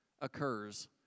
occurs